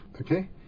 okay